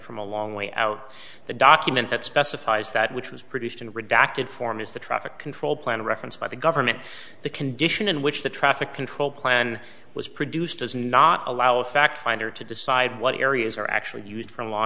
from a long way out the document that specifies that which was produced in redacted form is the traffic control plan a reference by the government the condition in which the traffic control plan was produced does not allow a fact finder to decide what areas are actually used for law